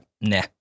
nah